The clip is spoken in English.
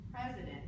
president